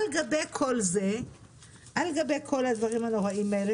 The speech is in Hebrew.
על גבי כל הדברים הנוראיים האלה,